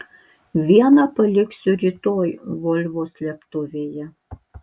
vieną paliksiu rytoj volvo slėptuvėje